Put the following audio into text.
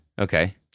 Okay